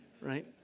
Right